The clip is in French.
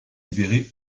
libérée